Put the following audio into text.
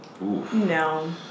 no